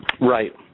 Right